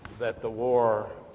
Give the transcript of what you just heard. that the war,